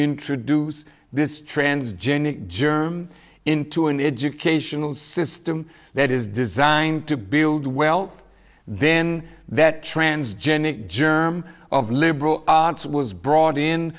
introduce this transgenic germ into an educational system that is designed to build wealth then that transgenic germ of liberal arts was brought in